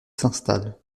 s’installe